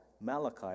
Malachi